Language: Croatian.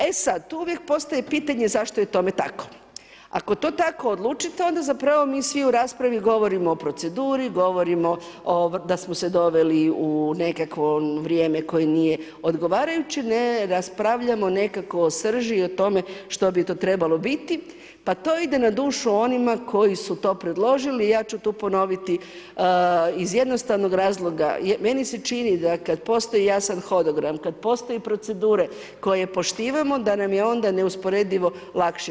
E sad, tu uvijek postoji pitanje zašto je tome tako, ako to tako odlučite onda zapravo mi svi u raspravi govorimo o proceduri, govorimo da smo se doveli u nekakvo vrijeme koje nije odgovarajuće, ne raspravljamo nekako o srži i tome što bi to trebalo biti pa to ide na dušu onima koji su to predložili i ja ću tu ponoviti iz jednostavnog razloga meni se čini da kada postoji jasan hodogram, kada postoji procedure koje poštivamo da nam je onda neusporedivo lakše.